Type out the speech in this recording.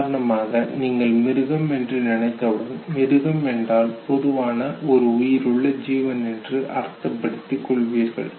உதாரணமாக நீங்கள் மிருகம் என்று நினைத்தவுடன் மிருகம் என்றால் பொதுவாக ஒரு உயிருள்ள ஜீவன் என்று அர்த்தப் படுத்திக் கொள்வீர்கள்